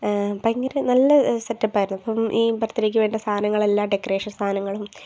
ഭയങ്കര നല്ല സെറ്റപ്പായിരുന്നു അപ്പം ഈ ബർത്ത് ഡേക്ക് വേണ്ട സാധനങ്ങളെല്ലാം ഡെക്കറേഷൻ സാധനങ്ങളും